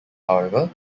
however